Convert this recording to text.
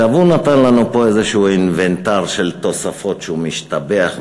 הוא נתן לנו פה איזשהו אינוונטר של תוספות שהוא משתבח,